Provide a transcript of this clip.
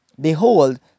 behold